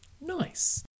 Nice